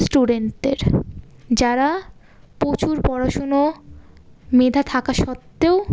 স্টুডেন্টদের যারা প্রচুর পড়াশুনো মেধা থাকা সত্ত্বেও